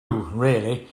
really